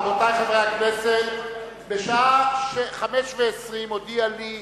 רבותי חברי הכנסת, בשעה 05:20 הודיע לי,